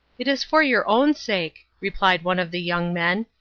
it is for your own sake, replied one of the young men,